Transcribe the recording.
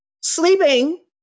sleeping